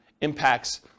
impacts